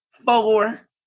Four